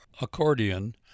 accordion